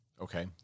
Okay